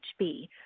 HB